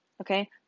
Okay